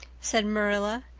said marilla.